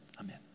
Amen